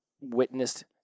witnessed